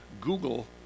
Google